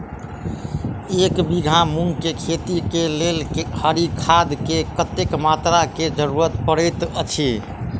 एक बीघा मूंग केँ खेती केँ लेल हरी खाद केँ कत्ते मात्रा केँ जरूरत पड़तै अछि?